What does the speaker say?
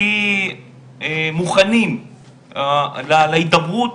הכי מוכנים להידברות,